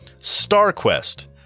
Starquest